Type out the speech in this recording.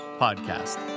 podcast